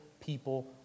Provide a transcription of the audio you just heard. people